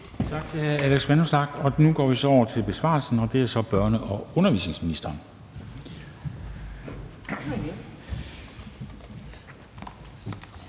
Tak til hr. Alex Vanopslagh. Og nu går vi så over til besvarelsen fra børne- og undervisningsministeren.